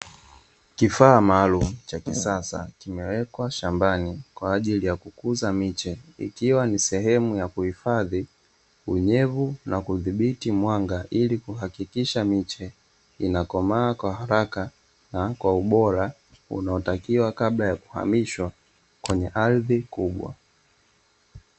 Kifaa maalumu cha kisasa kimewekwa shambani kwa ajili ya kukuza miche ikiwa ni sehemu ya kuhifadhi unyevu na kudhibiti mwanga, ili kuhakikisha miche inakomaa kwa haraka na kwa ubora unaotakiwa kabla ya kuhamishwa kwenye ardhi kubwa.